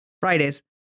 fridays